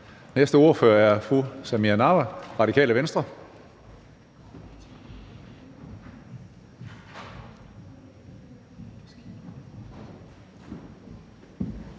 næste ordfører er fru Samira Nawa, Radikale Venstre.